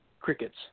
crickets